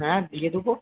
হ্যাঁ দিয়ে দেব